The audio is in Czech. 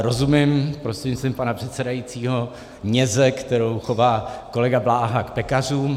Rozumím prostřednictvím pana předsedajícího něze, kterou chová kolega Bláha k pekařům.